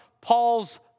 Paul's